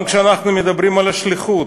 גם כשאנחנו מדברים על שליחות,